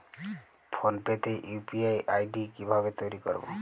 Phone pay তে UPI ID কি ভাবে তৈরি করবো?